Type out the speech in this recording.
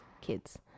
kids